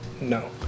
No